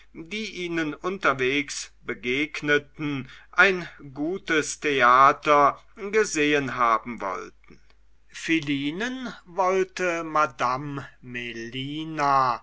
die ihnen unterwegs begegneten ein gutes theater gesehen haben wollten philinen wollte madame melina